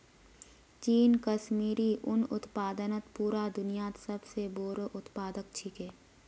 चीन कश्मीरी उन उत्पादनत पूरा दुन्यात सब स बोरो उत्पादक छिके